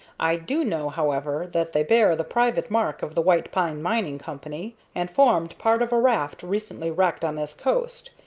i do know, however, that they bear the private mark of the white pine mining company, and formed part of a raft recently wrecked on this coast.